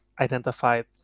identified